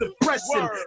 depressing